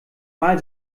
mal